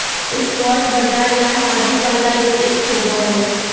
spot बाजार या हाज़िर बाजार एक होबो हइ